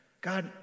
God